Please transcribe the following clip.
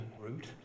route